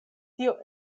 tio